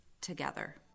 together